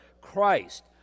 Christ